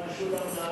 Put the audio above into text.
השר משולם נהרי.